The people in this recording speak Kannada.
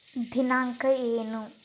ದಿನಾಂಕ ಏನು